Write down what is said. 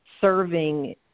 serving